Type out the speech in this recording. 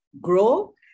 grow